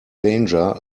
danger